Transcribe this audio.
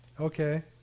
Okay